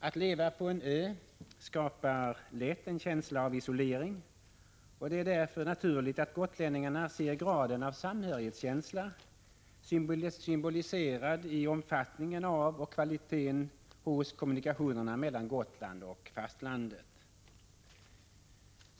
Att leva på en ö skapar lätt en känsla av isolering, och det är därför naturligt att gotlänningarna ser graden av samhörighetskänsla symboliserad i omfattningen av och kvaliteten hos kommunikationerna mellan Gotland och fastlandet.